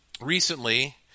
Recently